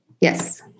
Yes